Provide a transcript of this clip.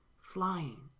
flying